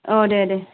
अ दे दे